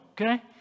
Okay